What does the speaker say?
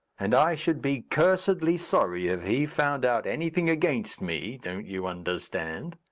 and i should be cursedly sorry if he found out anything against me, don't you understand?